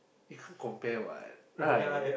you can't compare [what] right